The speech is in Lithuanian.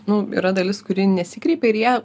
nu yra dalis kuri nesikreipia ir jie